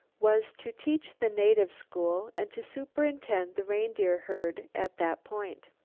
was to teach the native school and to superintend the reindeer herd at that point.